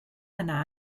yna